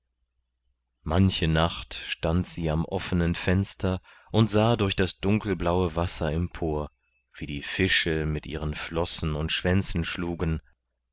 manche nacht stand sie am offenen fenster und sah durch das dunkelblaue wasser empor wie die fische mit ihren flossen und schwänzen schlugen